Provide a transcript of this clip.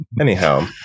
Anyhow